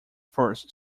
first